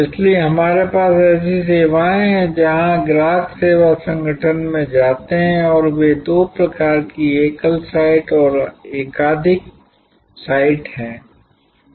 इसलिए हमारे पास ऐसी सेवाएँ हैं जहाँ ग्राहक सेवा संगठन में जाते हैं और वे दो प्रकार की एकल साइट और एकाधिक साइट हैं